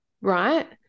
right